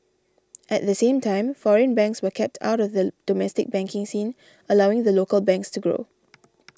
at the same time foreign banks were kept out of the domestic banking scene allowing the local banks to grow